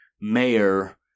mayor